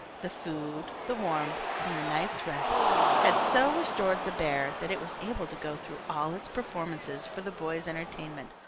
the food, the warmth, and the night's rest had so restored the bear that it was able to go through all its performances for the boys' entertainment,